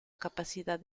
capacidad